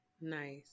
Nice